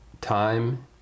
time